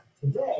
Today